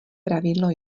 pravidlo